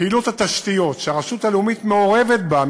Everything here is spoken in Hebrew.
שפעילות התשתיות שהרשות הלאומית מעורבת בה,